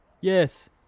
Yes